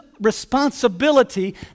responsibility